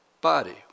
body